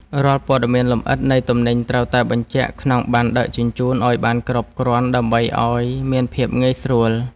រាល់ព័ត៌មានលម្អិតនៃទំនិញត្រូវតែបញ្ជាក់ក្នុងប័ណ្ណដឹកជញ្ជូនឱ្យបានគ្រប់គ្រាន់ដើម្បីឱ្យមានភាពងាយស្រួល។